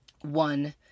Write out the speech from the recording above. one